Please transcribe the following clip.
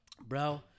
bro